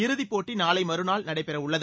இறுதிப் போட்டி நாளை மறுநாள் நடைபெறவுள்ளது